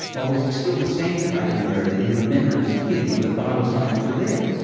or was it still the same kind of and area that he remembered as a kid when the thylacines were there?